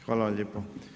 Hvala vam lijepo.